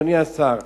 אדוני השר,